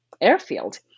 airfield